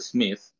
Smith